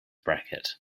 bracket